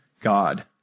God